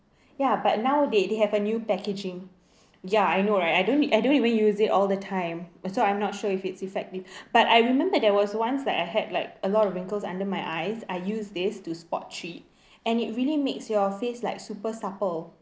ya but now they they have a new packaging ya I know right I don't I don't even use it all the time so I'm not sure if it's effective but I remember there was once like I had like a lot of wrinkles under my eyes I use this to spot treat and it really makes your face like super supple